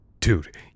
Dude